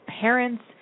parents